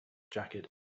jacket